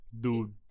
Dude